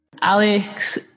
Alex